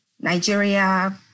Nigeria